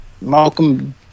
Malcolm